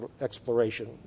exploration